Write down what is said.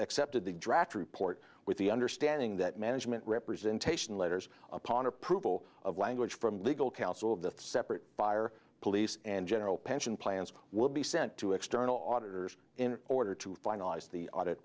accepted the draft report with the understanding that management representation letters upon approval of language from legal counsel of the separate fire police and general pension plans will be sent to external auditors in order to finalize the audit